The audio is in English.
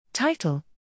Title